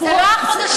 זה לא החודשים,